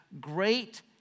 great